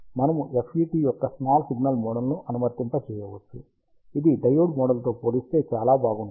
మనము FET యొక్క small signal మోడల్ను అనువర్తింపజేయవచ్చు ఇది డయోడ్ మోడల్తో పోలిస్తే చాలా బాగుంటుంది